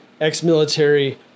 ex-military